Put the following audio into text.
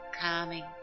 calming